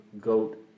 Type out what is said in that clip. goat